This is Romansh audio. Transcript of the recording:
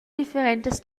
differentas